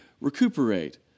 recuperate